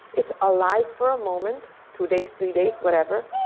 it's alive for a moment, two days, three days, whatever,